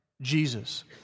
Jesus